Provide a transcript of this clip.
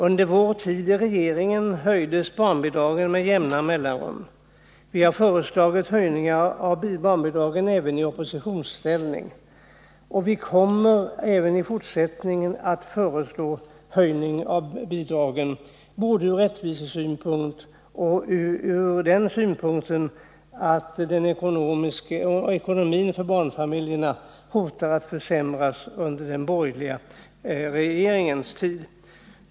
Under vår tid i regeringen höjdes barnbidragen med jämna mellanrum, och även i oppositionsställning har vi föreslagit höjningar av dem. Vi kommer också i fortsättningen att föreslå höjning av barnbidragen både ur rättvisesynpunkt och ur den synpunkten att ekonomin för barnfamiljerna hotar att försämras under den borgerliga regeringens tid.